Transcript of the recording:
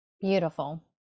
Beautiful